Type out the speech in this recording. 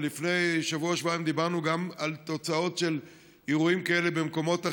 ולפני שבוע-שבועיים דיברנו על תוצאות של אירועים כאלה במקומות אחרים,